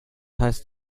heißt